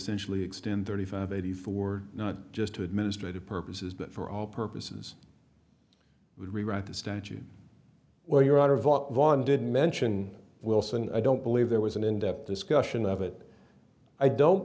essentially extend thirty five eighty four not just to administrative purposes but for all purposes would rewrite the statute where you're out of what one did mention wilson i don't believe there was an in depth discussion of it i don't